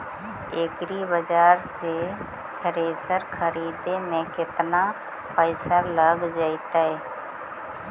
एग्रिबाजार से थ्रेसर खरिदे में केतना पैसा लग जितै?